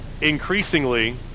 increasingly